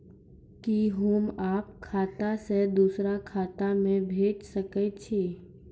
कि होम आप खाता सं दूसर खाता मे भेज सकै छी?